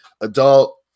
adult